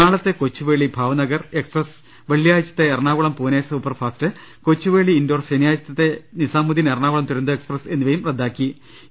നാളത്തെ കൊച്ചുവേളി ഭാവ്നഗർ എക്സ്പ്രസ് വെള്ളിയാഴ്ചത്തെ Ernakulam Pune superfast Kochuveli Indore ശനിയാഴ്ചത്തെ നിസാ മുദ്ദീൻ എറണാകുളം തുരന്തോ എക്സ്പ്രസ് എന്നിവയും റദ്ദാക്കിയിട്ടുണ്ട്